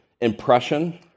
impression